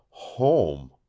home